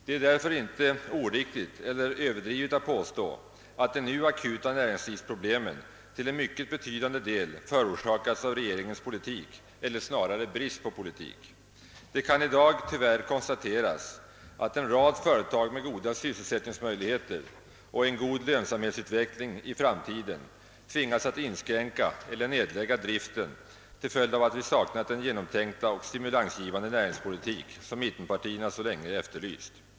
Det är därför icke oriktigt eller överdrivet att påstå att de nu akuta näringslivsproblemen till en mycket betydande del förorsakats av regeringens politik — eller snarare brist på politik. Det kan i dag tyvärr konstateras att en rad företag med goda sysselsättningsmöjligheter och en lovande framtida lönsamhetsutveckling tvingats att inskränka eller nedlägga driften till följd av att vi saknat den genomtänkta och stimulansgivande näringspolitik, som mittenpartierna så länge efterlyst.